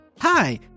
Hi